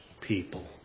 people